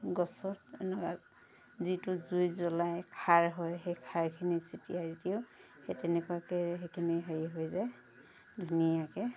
গছত এনেকুৱা যিটো জুই জ্বলায় খাৰ হয় সেই খাৰখিনি ছটিয়াই দিওঁ সেই তেনেকুৱাকৈ সেইখিনি হেৰি হৈ যায় ধুনীয়াকৈ